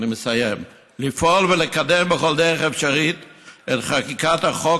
אני מסיים: לפעול ולקדם בכל דרך אפשרית את חקיקת החוק